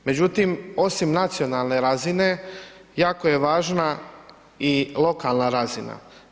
Međutim, osim nacionalne razine jako je važna i lokalna razina.